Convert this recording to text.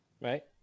right